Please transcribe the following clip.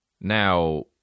Now